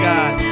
God